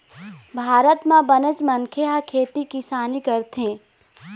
भारत म बनेच मनखे ह खेती किसानी करथे